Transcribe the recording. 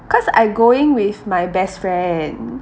cause I going with my best friend